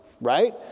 right